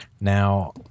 now